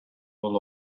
all